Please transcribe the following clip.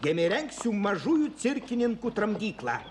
jame įrengsiu mažųjų cirkininkų tramdyklą